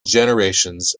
generations